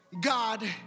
God